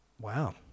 Wow